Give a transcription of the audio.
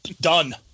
done